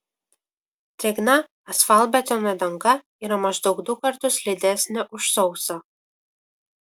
drėgna asfaltbetonio danga yra maždaug du kartus slidesnė už sausą